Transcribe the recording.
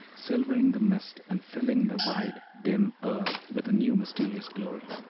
silvering the mist, and filling the wide, dim earth with a new mysterious glory.